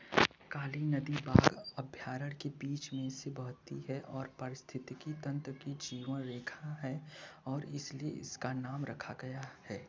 काली नदी बाघ अभयारण्य के बीच में से बहती है और पारिस्थितिकी तंत्र की जीवन रेखा है और इसलिए इसका नाम रखा गया है